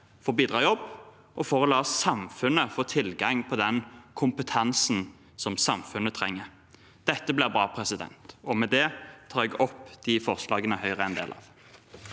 få bidra i jobb, og for å la samfunnet få tilgang på den kompetansen som samfunnet trenger. Dette blir bra. Med det tar jeg opp forslagene Høyre er med på.